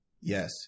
Yes